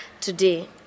today